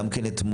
גם כן אתמול.